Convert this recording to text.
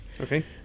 Okay